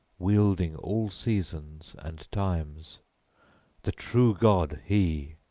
wielding all seasons and times the true god he!